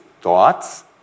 thoughts